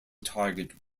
target